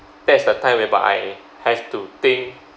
that's the time whereby I have to think